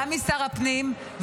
גם שר הפנים,